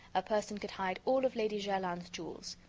a person could hide all of lady jerland's jewels.